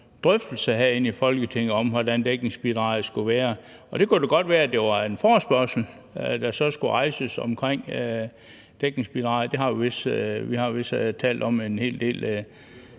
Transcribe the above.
drøftelse herinde i Folketinget af, hvordan dækningsbidraget skulle være, og det kunne da godt være, at det var en forespørgsel, der så skulle rejses omkring dækningsbidraget. Det har vi efterhånden talt om en hel del